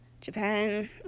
Japan